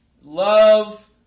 Love